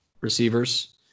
receivers